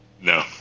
No